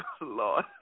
Lord